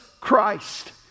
Christ